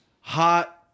hot